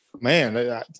Man